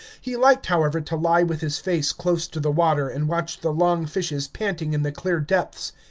he liked, however, to lie with his face close to the water and watch the long fishes panting in the clear depths,